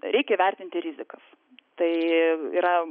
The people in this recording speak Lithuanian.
reikia įvertinti rizikas tai yra